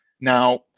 now